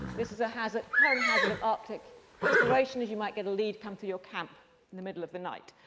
this is ah a current hazard of arctic exploration, as you might get a lead come through your camp in the middle of the night,